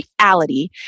reality